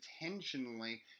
intentionally